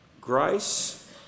grace